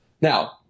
Now